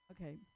Okay